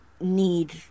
need